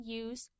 use